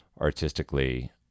artistically